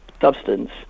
substance